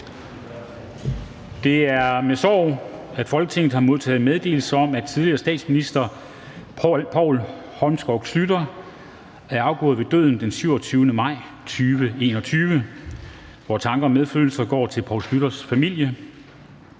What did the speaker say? Det er med sorg, at Folketinget har modtaget meddelelse om, at tidligere statsminister Poul Holmskov Schlüter er afgået ved døden den 27. maj 2021. Vore tanker og medfølelse går til Poul Schlüters familie.